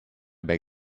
beg